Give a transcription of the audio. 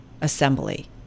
assembly